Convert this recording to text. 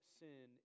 sin